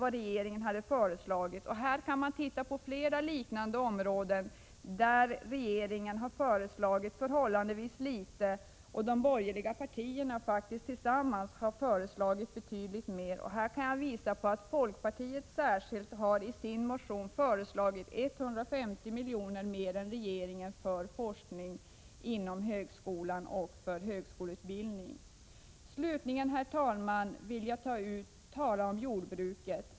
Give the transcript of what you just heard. Det finns även flera andra liknande områden där regeringen har föreslagit förhållandevis litet och de borgerliga partierna — faktiskt tillsammans — har föreslagit betydligt mer. Här kan jag särskilt visa på att folkpartiet i sin motion har föreslagit 150 miljoner mer än regeringen för forskning inom högskolan och för högskoleutbildning. Slutligen, herr talman, vill jag tala om jordbruket.